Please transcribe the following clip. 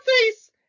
face